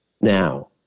now